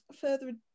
further